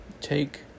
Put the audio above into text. take